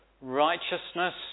righteousness